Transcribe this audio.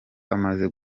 amaze